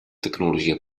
tecnologia